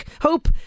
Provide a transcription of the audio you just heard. Hope